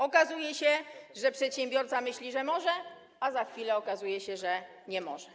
Okazuje się, że przedsiębiorca myśli, że może, a za chwilę okazuje się, że nie może.